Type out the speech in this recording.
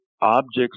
objects